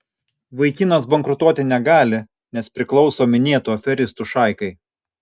vaikinas bankrutuoti negali nes priklauso minėtų aferistų šaikai